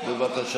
לא,